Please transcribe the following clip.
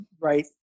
Right